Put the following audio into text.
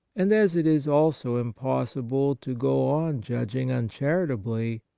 and as it is also impossible to go on judging uncharitably,